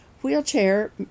wheelchair